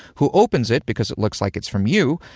who opens it because it looks like it's from you,